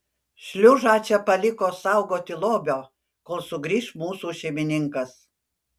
šliužą čia paliko saugoti lobio kol sugrįš mūsų šeimininkas